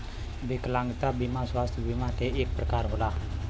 विकलागंता बिमा स्वास्थ बिमा के एक परकार होला